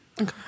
Okay